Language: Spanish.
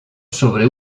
sobre